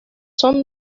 son